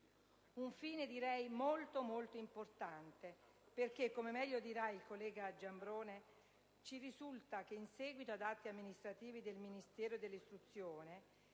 un fine davvero molto importante perché, come meglio dirà il collega Giambrone, ci risulta che, in seguito ad atti amministrativi del Ministero dell'istruzione,